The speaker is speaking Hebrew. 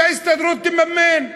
שההסתדרות תממן.